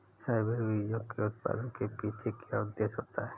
Hybrid बीजों के उत्पादन के पीछे क्या उद्देश्य होता है?